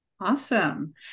Awesome